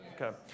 Okay